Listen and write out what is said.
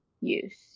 use